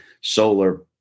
solar